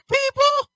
people